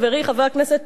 חבר הכנסת מולה,